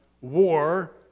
war